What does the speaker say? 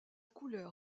couleur